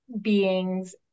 beings